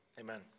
amen